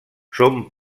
són